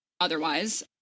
otherwise